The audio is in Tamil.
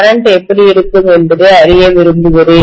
கரண்ட் எப்படி இருக்கும் என்பதை அறிய விரும்புகிறேன்